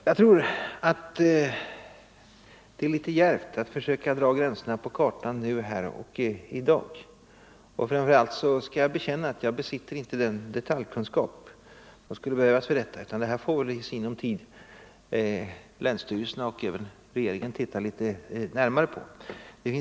Jag tror att det är litet djärvt att försöka dra gränserna på kartan i dag. Framför allt skall jag bekänna att jag inte besitter den detaljkunskap som skulle behövas, utan i sinom tid får väl länsstyrelserna och regeringen titta litet närmare på det hela.